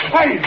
Hey